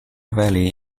valley